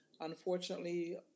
Unfortunately